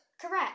Correct